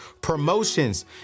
promotions